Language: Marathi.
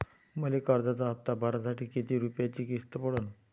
मले कर्जाचा हप्ता भरासाठी किती रूपयाची किस्त पडन?